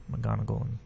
McGonagall